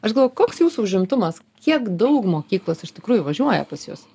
aš galvoju koks jūsų užimtumas kiek daug mokyklos iš tikrųjų važiuoja pas jus